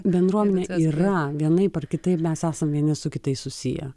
bendruomenė yra vienaip ar kitaip mes esam vieni su kitais susiję